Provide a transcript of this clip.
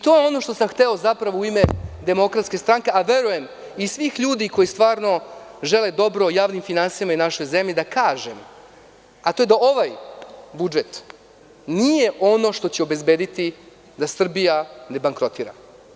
To je ono što sam hteo zapravo u ime DS, a verujem i svih ljudi koji stvarno žele dobro javnim finansijama i našoj zemlji, da kažem, a to je da ovaj budžet nije ono što će obezbediti da Srbija ne bankrotira.